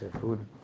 Food